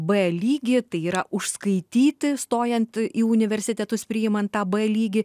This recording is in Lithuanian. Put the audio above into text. b lygį tai yra užskaityti stojant į universitetus priimant tą b lygį